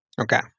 Okay